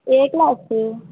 A class